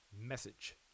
message